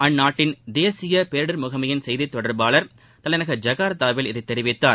அந்நாட்டின் தேசிய பேரிடர் முகமையின் செய்தி தொடர்பாளர் தலைநகர் ஜெகார்த்தாவில் இதை தெரிவித்தார்